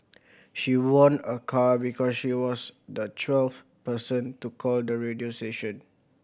she won a car because she was the twelfth person to call the radio station